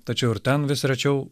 tačiau ir ten vis rečiau